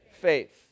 faith